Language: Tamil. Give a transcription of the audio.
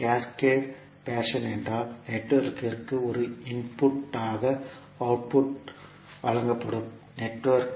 கேஸ்கேட் ஃபேஷன் என்றால் நெட்வொர்க்கிற்கு ஒரு இன்புட் ஆக அவுட்புட் வழங்கப்படும் நெட்வொர்க்